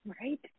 Right